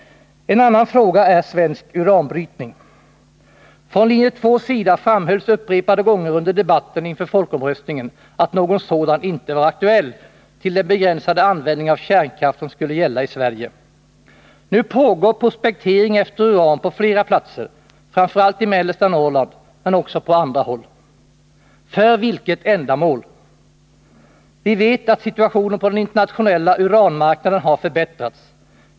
En annan fråga är svensk uranbrytning. Från linje 2:s sida framhölls upprepade gånger under debatten inför folkomröstningen att någon sådan inte var aktuell till den begränsade användning av kärnkraft som skulle gälla i Sverige. Nu pågår prospektering efter uran på flera platser, framför allt i mellersta Norrland. För vilket ändamål? Vi vet att situationen på den internationella uranmarknaden har förbättrats.